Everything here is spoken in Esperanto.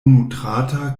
nutrata